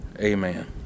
Amen